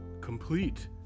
complete